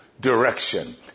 direction